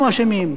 רבותי,